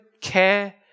care